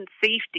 safety